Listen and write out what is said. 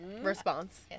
response